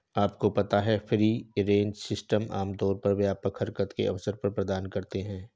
आपको पता है फ्री रेंज सिस्टम आमतौर पर व्यापक हरकत के अवसर प्रदान करते हैं?